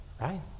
right